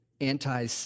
anti